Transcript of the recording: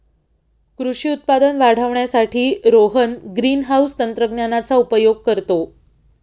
कृषी उत्पादन वाढवण्यासाठी रोहन ग्रीनहाउस तंत्रज्ञानाचा उपयोग करतो